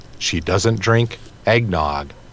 she doesn't drink eggnog